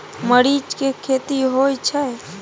मरीच के खेती होय छय?